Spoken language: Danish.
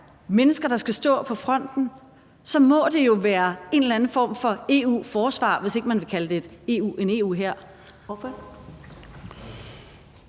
mennesker, der skal stå på fronten, må det jo være en eller anden form for EU-forsvar, hvis ikke man vil kalde det en EU-hær.